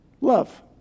love